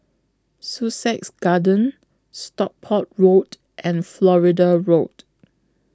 Sussex Garden Stockport Road and Florida Road